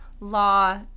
law